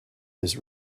his